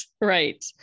Right